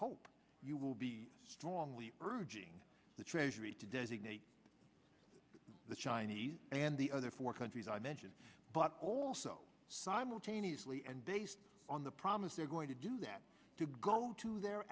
hope you will be strongly urging the treasury to designate the chinese and the other four countries i mentioned but also simultaneously and based on the promise they're going to do that to go to their